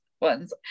ones